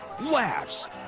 laughs